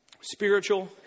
spiritual